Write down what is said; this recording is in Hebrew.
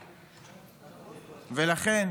לכן,